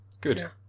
Good